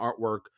artwork